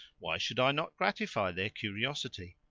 why should i not gratify their curiosity?